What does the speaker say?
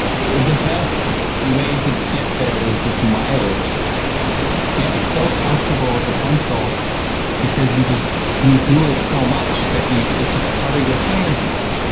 the best way to get there is just mileage get so comfortable with the pencil because you just you do it so much that you it's just part of your hand now